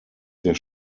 der